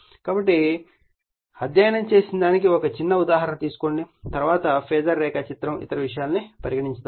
కాబట్టి అధ్యయనం చేసిన దానికి ఒక చిన్న ఉదాహరణ తీసుకోండి తరువాత ఫాజర్ రేఖాచిత్రం ఇతర విషయాలను పరిగనించుదాం